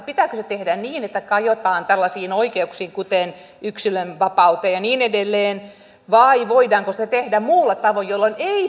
pitääkö se tehdä niin että kajotaan oikeuksiin kuten yksilönvapauteen ja niin edelleen vai voidaanko se tehdä muulla tavoin jolloin ei